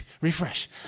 refresh